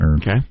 Okay